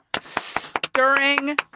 Stirring